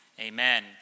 Amen